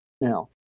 now